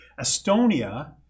Estonia